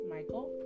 Michael